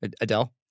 Adele